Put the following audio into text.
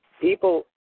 people